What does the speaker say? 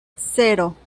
cero